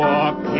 Walk